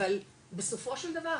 אבל בסופו של דבר,